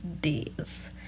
days